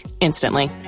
instantly